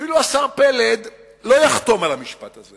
שאפילו השר פלד לא יחתום על המשפט הזה,